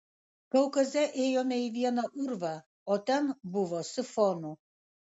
kaukaze ėjome į vieną urvą o ten buvo sifonų